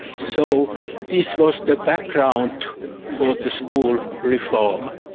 so this was the background for the school reform.